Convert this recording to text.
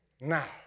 Now